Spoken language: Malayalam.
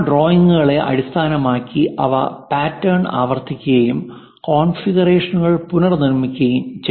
ആ ഡ്രോയിംഗുകളെ അടിസ്ഥാനമാക്കി അവ പാറ്റേൺ ആവർത്തിക്കുകയും കോൺഫിഗറേഷനുകൾ പുനർനിർമ്മിക്കുകയും ചെയ്യുന്നു